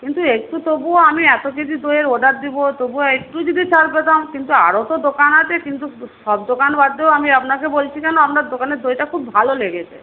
কিন্তু একটু তবুও আমি এত কেজি দইয়ের অর্ডার দেব তবু একটুও যদি ছাড় পেতাম কিন্তু আরও তো দোকান আছে কিন্তু সব দোকান বাদ দিয়েও আমি আপনাকে বলছি কেন আপনার দোকানের দইটা খুব ভালো লেগেছে